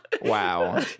Wow